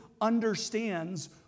understands